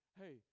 hey